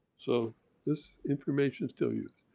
so this information still used.